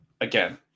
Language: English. Again